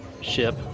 ship